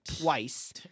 twice